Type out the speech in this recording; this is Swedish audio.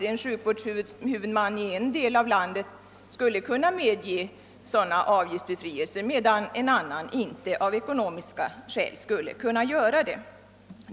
En sjukvårdshuvudman i en del av landet skulle kunna medge avgiftsbefrielse, medan en annan av ekonomiska skäl kanske inte kan göra det.